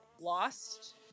lost